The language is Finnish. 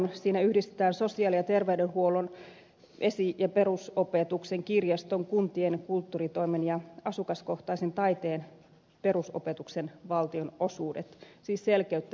siinä yhdistetään sosiaali ja terveydenhuollon esi ja perusopetuksen kirjaston kuntien kulttuuritoimen ja asukaskohtaisen taiteen perusopetuksen valtionosuudet siis selkeyttä ja yksinkertaisuutta